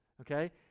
okay